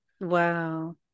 Wow